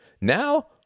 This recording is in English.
Now